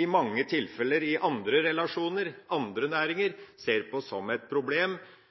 i mange tilfeller i andre relasjoner i andre næringer ser på som et problem.